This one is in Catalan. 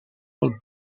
pel